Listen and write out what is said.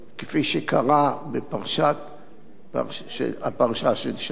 כפי שקרה בפרשה של שחר.